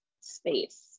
space